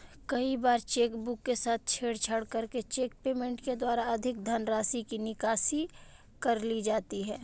कई बार चेकबुक के साथ छेड़छाड़ करके चेक पेमेंट के द्वारा अधिक धनराशि की निकासी कर ली जाती है